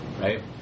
right